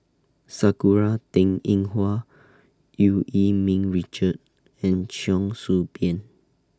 Sakura Teng Ying Hua EU Yee Ming Richard and Cheong Soo Pieng